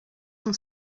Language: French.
son